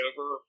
over